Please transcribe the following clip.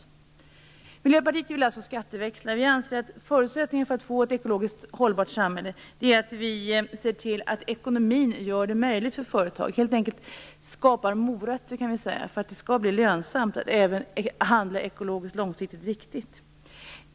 Vi i Miljöpartiet vill alltså skatteväxla. En förutsättning för att få ett ekologiskt hållbart samhälle är, enligt vår uppfattning, att vi ser till att ekonomin gör detta möjligt för företagen och helt enkelt skapar "morötter" så att det blir lönsamt att handla ekologiskt långsiktigt riktigt.